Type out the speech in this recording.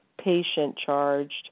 patient-charged